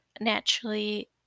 naturally